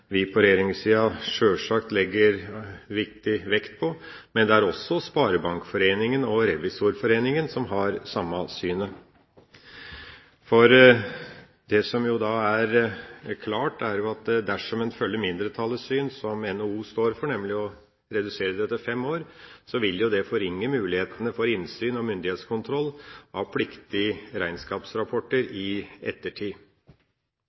vi fra regjeringspartiene sjølsagt legger stor vekt på, men Sparebankforeningen og Revisorforeningen har det samme synet. Det som er klart, er at dersom en følger mindretallets syn, som NHO står for, nemlig å redusere lagringstida til fem år, vil det forringe mulighetene for innsyn og myndighetskontroll av pliktige regnskapsrapporter i ettertid.